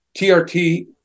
TRT